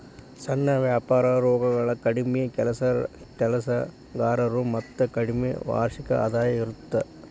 ಸಣ್ಣ ವ್ಯಾಪಾರೊಳಗ ಕಡ್ಮಿ ಕೆಲಸಗಾರರು ಮತ್ತ ಕಡ್ಮಿ ವಾರ್ಷಿಕ ಆದಾಯ ಇರತ್ತ